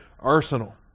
arsenal